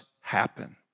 happen